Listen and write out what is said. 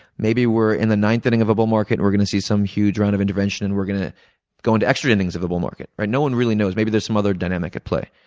maybe we're in the ninth inning of a bull market and we're going to see some huge run of intervention and we're going to go into extra innings of a bull market. no one really knows. maybe there's some other dynamic at play.